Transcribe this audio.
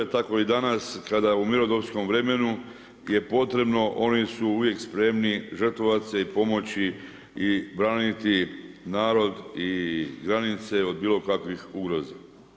Tako i danas kada u mirnodopskom vremenu je potrebno, oni su uvijek spremni žrtvovat se i pomoći i braniti narod i granice od bilo kakvih ugroza.